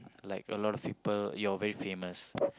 like a lot of people you're very famous